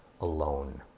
alone